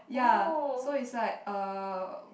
ya so is like uh